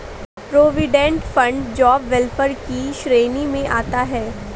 provident fund job welfare की श्रेणी में आता है